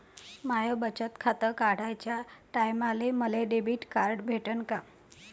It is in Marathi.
माय बचत खातं काढाच्या टायमाले मले डेबिट कार्ड भेटन का?